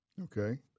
Okay